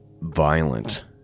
violent